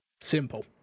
Simple